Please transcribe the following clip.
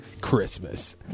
Christmas